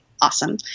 awesome